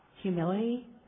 humility